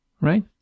right